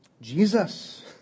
Jesus